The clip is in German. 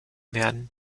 werden